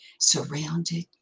surrounded